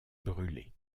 brûlées